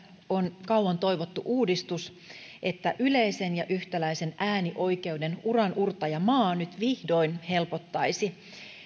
on kauan toivottu uudistus että yleisen ja yhtäläisen äänioikeuden uranuurtajamaa nyt vihdoin helpottaisi